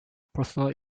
personal